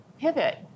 pivot